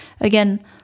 again